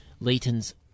Leighton's